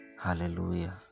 hallelujah